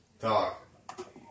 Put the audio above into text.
Talk